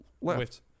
left